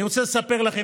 אני רוצה לספר לכם.